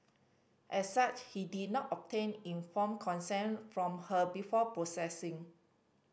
as such he did not obtain informed consent from her before processing